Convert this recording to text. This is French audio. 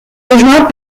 rejoint